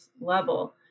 level